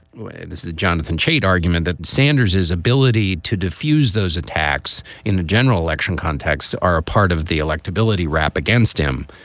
and this is jonathan chait argument that sanders is ability to diffuse those attacks in a general election context to our. ah part of the electability rap against him.